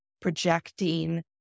projecting